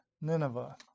Nineveh